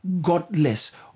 godless